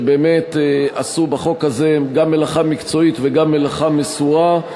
שבאמת עשו בחוק הזה גם מלאכה מקצועית וגם מלאכה מסורה.